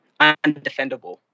undefendable